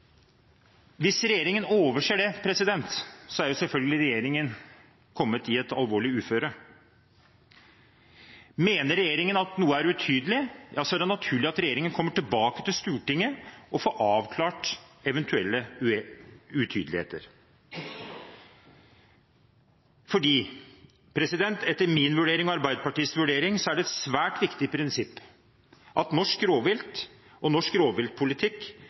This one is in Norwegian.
Hvis regjeringen overser det, er selvfølgelig regjeringen kommet i et alvorlig uføre. Mener regjeringen at noe er utydelig, er det naturlig at regjeringen kommer tilbake til Stortinget og får avklart eventuelle utydeligheter. Etter min og Arbeiderpartiets vurdering er det et svært viktig prinsipp at norsk rovvilt og norsk rovviltpolitikk